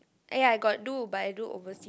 ya I got do but I do overseas